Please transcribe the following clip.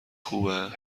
خوبه